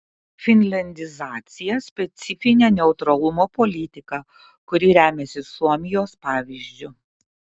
finliandizacija specifinė neutralumo politika kuri remiasi suomijos pavyzdžiu